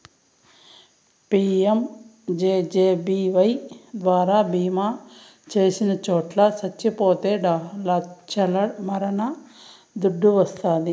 PMJJBY ద్వారా బీమా చేసిటోట్లు సచ్చిపోతే లచ్చల మరణ దుడ్డు వస్తాది